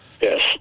Yes